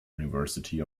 university